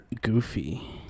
goofy